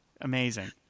Amazing